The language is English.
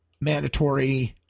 Mandatory